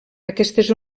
aquestes